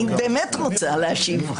אני באמת רוצה להשיב לך.